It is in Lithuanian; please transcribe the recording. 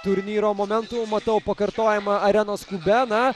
turnyro momentų matau pakartojimą arenos kube na